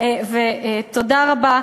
תודה רבה.